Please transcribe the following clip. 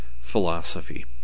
philosophy